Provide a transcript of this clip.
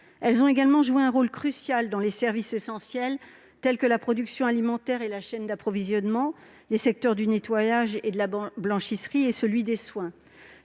Elles ont également joué un rôle crucial dans les services essentiels tels que la production alimentaire et la chaîne d'approvisionnement, les secteurs du nettoyage et de la blanchisserie, ainsi que celui des soins.